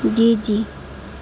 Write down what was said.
جی جی